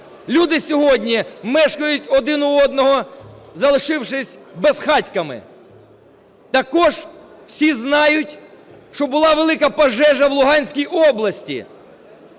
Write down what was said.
Люди сьогодні мешкають один у одного, залишившись безхатьками. Також всі знають, що була велика пожежа в Луганській області.